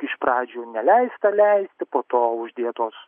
iš pradžių neleista leisti po to uždėtos